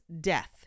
death